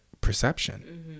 perception